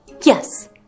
Yes